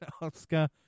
Oscar